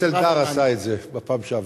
חבר הכנסת אלדד עשה את זה בפעם שעברה.